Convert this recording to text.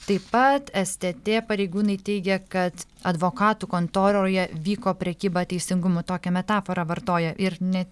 taip pat stt pareigūnai teigia kad advokatų kontoroje vyko prekyba teisingumu tokią metaforą vartoja ir ne